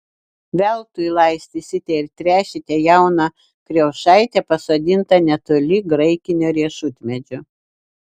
veltui laistysite ir tręšite jauną kriaušaitę pasodintą netoli graikinio riešutmedžio